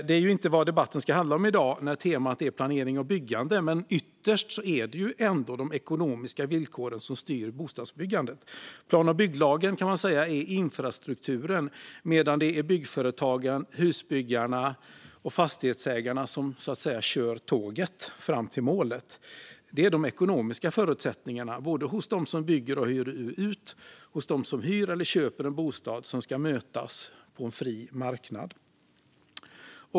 Det är inte vad debatten ska handla om i dag när temat är planering och byggande, men ytterst är det ändå de ekonomiska villkoren som styr bostadsbyggandet. Plan och bygglagen kan sägas vara infrastrukturen, medan det är byggföretagen, husbyggarna och fastighetsägarna som kör tåget fram till målet. Det är de ekonomiska förutsättningarna, både hos dem som bygger och hyr ut och hos dem som hyr eller köper en bostad, som ska mötas på en fri marknad.